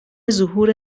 ظهور